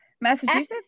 Massachusetts